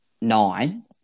nine